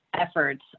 efforts